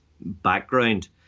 background